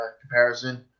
comparison